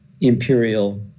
imperial